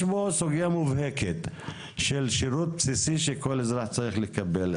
יש פה סוגיה מובהקת של שירות בסיסי שכל אזרח צריך לקבל.